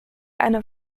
eine